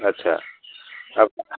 আচ্ছা আ